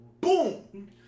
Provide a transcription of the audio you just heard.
Boom